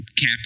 cap